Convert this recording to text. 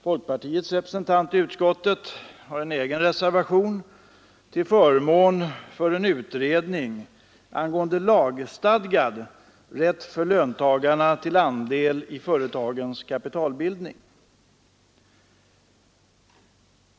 Folkpartiets representant i utskottet har en egen reservation till förmån för en utredning angående lagstadgad rätt för löntagarna till andel i företagens kapitalbildning.